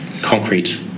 concrete